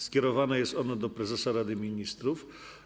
Skierowane jest ono do prezesa Rady Ministrów.